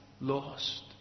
lost